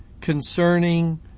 concerning